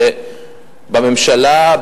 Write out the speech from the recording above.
בממשלה,